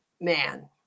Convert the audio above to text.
man